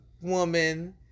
woman